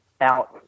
out